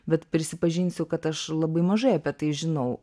bet prisipažinsiu kad aš labai mažai apie tai žinau